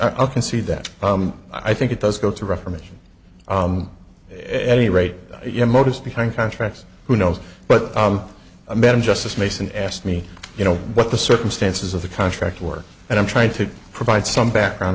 i'll concede that i think it does go to reformation any rate your motives behind contracts who knows but i'm betting justice mason asked me you know what the circumstances of the contract work and i'm trying to provide some background